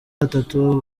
atatu